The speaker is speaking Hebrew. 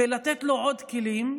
ולתת לו עוד כלים,